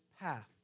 path